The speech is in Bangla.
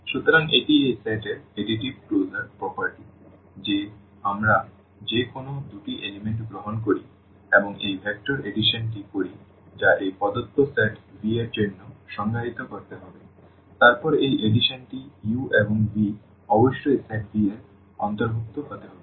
সুতরাং এটি এই সেট এর অ্যাডিটিভ ক্লোজার বৈশিষ্ট্য যে আমরা যে কোনও দুটি উপাদান গ্রহণ করি এবং এই ভেক্টর এডিশন টি করি যা এই প্রদত্ত সেট V এর জন্য সংজ্ঞায়িত করতে হবে তারপর এই এডিশন টি u এবং v অবশ্যই সেট V এর অন্তর্ভুক্ত হতে হবে